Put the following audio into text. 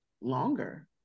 longer